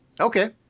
Okay